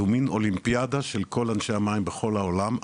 זו מן אולימפיאדה של כל אנשי המים בכל אנשי העולם,